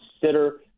consider